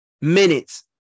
minutes